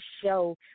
show